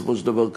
בסופו של דבר,